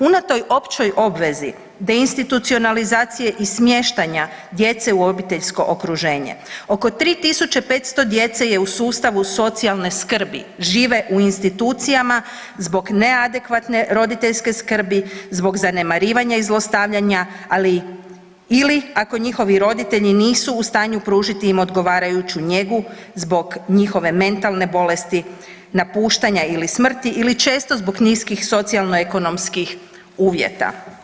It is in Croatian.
Unatoč općoj obvezi deinstitucionalizacije i smještanja djece u obiteljsko okruženje oko 3.500 djece je u sustavu socijalnoj skrbi, žive u institucijama zbog neadekvatne roditeljske skrbi, zbog zanemarivanja i zlostavljanja, ali ili ako njihovi roditelji nisu u stanju pružiti im odgovarajuću njegu zbog njihove mentalne bolesti, napuštanja ili smrti ili često zbog niskih socijalnih ekonomskih uvjeta.